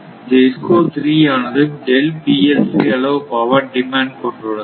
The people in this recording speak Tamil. DISCO 3 ஆனது அளவு பவர் டிமாண்ட் கொண்டுள்ளது